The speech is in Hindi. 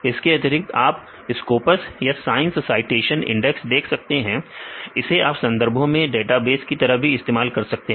इसके अतिरिक्त आप स्कोपस या साइंस साइटेशन इंडेक्स देख सकते हैं इसे आप संदर्भों के डेटाबेस की तरह भी इस्तेमाल कर सकते हैं